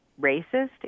racist